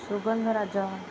ସୁଗନ୍ଧ ରାଜ